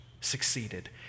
succeeded